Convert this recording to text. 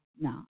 no